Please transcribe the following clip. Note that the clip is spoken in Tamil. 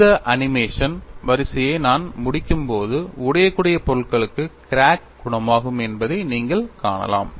இந்த அனிமேஷன் வரிசையை நான் முடிக்கும்போது உடையக்கூடிய பொருட்களுக்கு கிராக் குணமாகும் என்பதை நீங்கள் காணலாம்